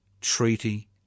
treaty